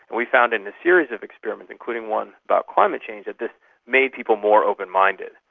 and we found in this series of experiments, including one about climate change, that this made people more open-minded.